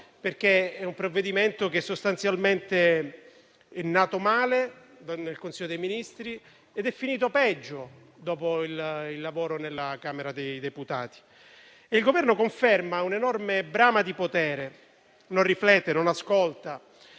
perché sostanzialmente è nato male, nel Consiglio dei ministri, ed è finito peggio dopo il lavoro alla Camera dei deputati. Il Governo conferma un'enorme brama di potere: non riflette, non ascolta